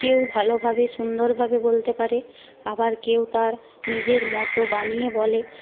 কেউ ভালোভাবে সুন্দরভাবে বলতে পারে আবার কেউ তার নিজের মতো বানিয়ে বলে